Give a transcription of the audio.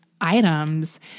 items